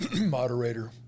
moderator